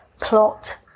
plot